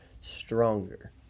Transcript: stronger